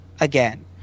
again